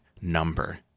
number